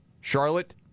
Charlotte